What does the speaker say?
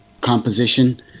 composition